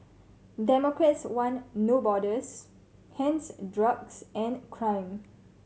democrats want No Borders hence drugs and crime